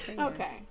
Okay